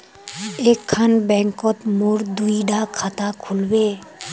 एक खान बैंकोत मोर दुई डा खाता खुल बे?